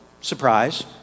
surprise